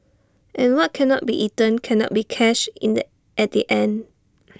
and what cannot be eaten cannot be cashed in at the bank